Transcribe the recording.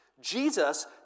Jesus